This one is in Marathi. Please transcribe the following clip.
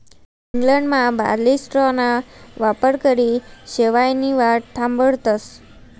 इंग्लंडमा बार्ली स्ट्राॅना वापरकरी शेवायनी वाढ थांबाडतस